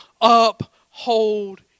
uphold